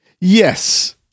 Yes